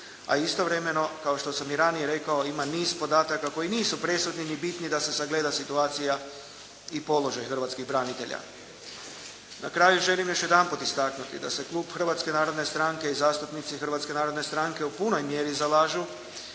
a istovremeno kao što sam i ranije rekao ima niz podataka koji nisu presudni ni bitni da se sagleda situacija i položaj hrvatskih branitelja. Na kraju želim još jedanput istaknuti da se klub Hrvatske narodne stranke i zastupnici Hrvatske narodne stranke u punoj mjeri zalažu